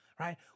Right